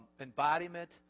embodiment